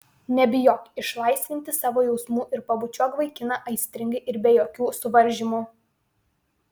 nebijok išlaisvinti savo jausmų ir pabučiuok vaikiną aistringai ir be jokių suvaržymų